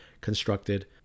constructed